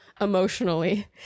emotionally